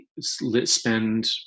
spend